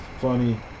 funny